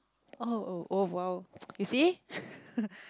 oh oh oh !wow! you see